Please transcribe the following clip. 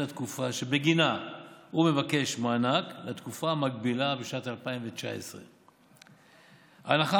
התקופה שבגינה הוא מבקש מענק לתקופה המקבילה בשנת 2019. גם הנחה